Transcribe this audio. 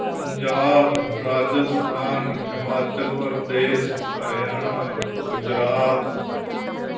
Punjab Rajasthan Himachal Pradesh Haryana Gujarat